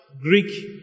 Greek